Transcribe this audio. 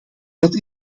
dat